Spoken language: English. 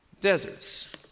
Deserts